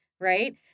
right